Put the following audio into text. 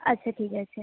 আচ্ছা ঠিক আছে